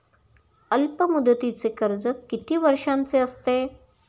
अल्पमुदतीचे कर्ज किती वर्षांचे असते?